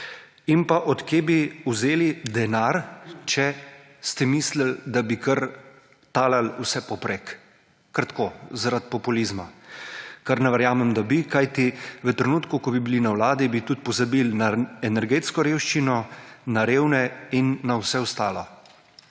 In od kje bi vzeli denar, če ste mislili, da bi kar talali vsepovprek, kar tako, zaradi populizma. Kar ne verjamem, da bi, kajti v trenutku, ko bi bili na vladi, bi tudi pozabili na energetsko revščino, na revne in na vse ostalo,